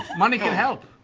money can help.